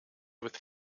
with